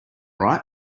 right